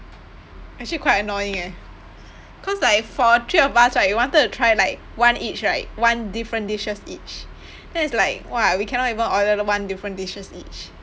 actually quite annoying eh cause like for three of us right we wanted to try like one each right one different dishes each then it's like !wah! we cannot even order one different dishes each